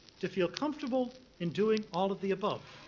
to feel comfortable in doing all of the above.